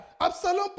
Absalom